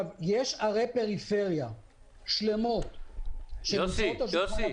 יש ערי פריפריה שלמות שהנושא שלהן נמצא